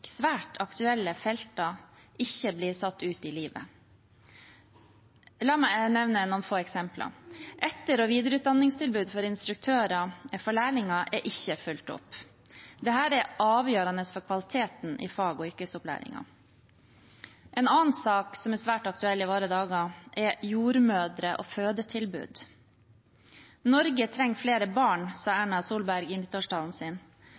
svært aktuelle felt ikke blir satt ut i livet. La meg nevne noen få eksempler. Etter- og videreutdanningstilbud for instruktører for lærlinger er ikke fulgt opp. Dette er avgjørende for kvaliteten i fag- og yrkesopplæringen. En annen sak som er svært aktuell i våre dager, er jordmødre og fødetilbud. Norge trenger flere barn, sa Erna Solberg i nyttårstalen sin.